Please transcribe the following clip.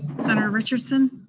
senator richardson?